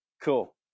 Cool